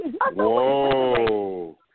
Whoa